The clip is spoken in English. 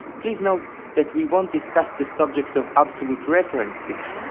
please note that we won't discuss the subject of absolute reference pitch,